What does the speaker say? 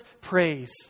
praise